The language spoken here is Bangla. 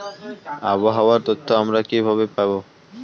আবহাওয়ার তথ্য আমরা কিভাবে পাব?